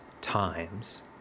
times